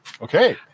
Okay